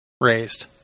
raised